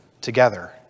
together